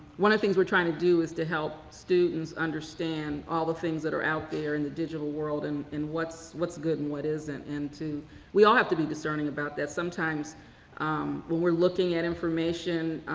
one of the things we're trying to do is to help students understand all the things that are out there in the digital world and and what's what's good and what isn't. and to we all have to be discerning about that. sometimes um when we're looking at information,